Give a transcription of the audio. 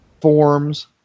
forms